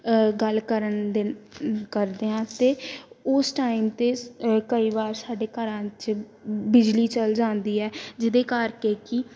ਗੱਲ ਕਰਨ ਦੇ ਕਰਦੇ ਹਾਂ ਅਤੇ ਉਸ ਟਾਈਮ 'ਤੇ ਸ ਕਈ ਵਾਰ ਸਾਡੇ ਘਰਾਂ 'ਚ ਬਿਜਲੀ ਚਲੀ ਜਾਂਦੀ ਹੈ ਜਿਹਦੇ ਕਰਕੇ ਕਿ